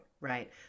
right